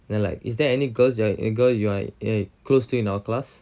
then like is there any girls girl like you know close to in our class